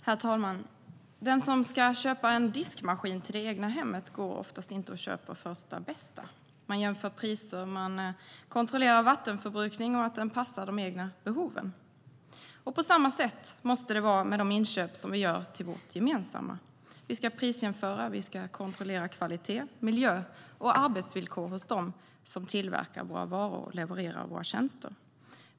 Herr talman! Den som ska köpa en diskmaskin till det egna hemmet går oftast inte och köper första bästa. Man jämför priser och kontrollerar vattenförbrukningen och att den passar de egna behoven. På samma sätt måste det vara med de inköp som vi gör till vårt gemensamma. Vi ska prisjämföra. Vi ska kontrollera kvalitet, miljö och arbetsvillkor hos dem som tillverkar våra varor och levererar våra tjänster.